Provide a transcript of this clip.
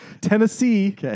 Tennessee